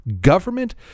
Government